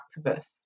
activists